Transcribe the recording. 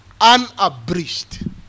unabridged